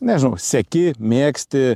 nežinau seki mėgsti